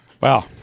Wow